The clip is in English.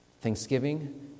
Thanksgiving